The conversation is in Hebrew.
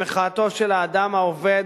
במחאתו של האדם העובד,